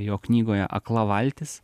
jo knygoje akla valtis